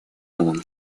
мун